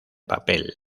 papel